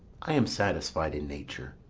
i am satisfied in nature,